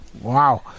wow